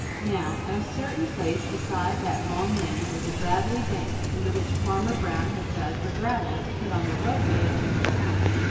now at a certain place beside that long lane was a gravelly bank into which farmer brown had dug for gravel to put on the roadway up near his house.